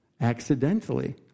accidentally